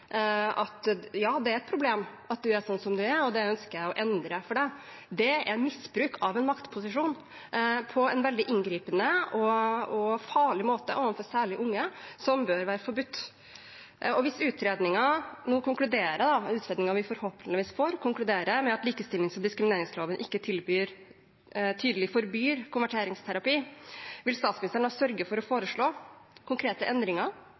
Ja, det er et problem at du er sånn som du er, og det ønsker jeg å endre for deg. Det er misbruk av en maktposisjon på en veldig inngripende og farlig måte, særlig overfor unge, som bør være forbudt. Hvis utredningen – som vi forhåpentligvis får – konkluderer med at likestillings- og diskrimineringsloven ikke tydelig forbyr konverteringsterapi, vil statsministeren da sørge for å foreslå konkrete endringer